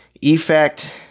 Effect